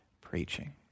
preaching